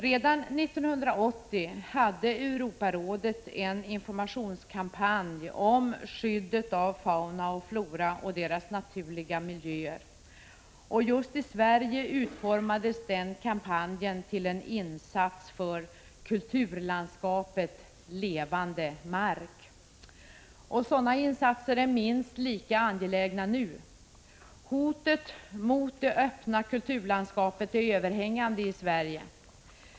Redan 1980 hade Europarådet en informationskampanj om skyddet av fauna och flora och deras naturliga miljöer. Just i Sverige utformades den kampanjen till en insats för ”Kulturlandskapet — levande mark”. Sådana insatser är minst lika angelägna nu. Hotet mot det öppna kulturlandskapet är överhängande i Sverige.